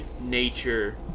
nature